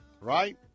Right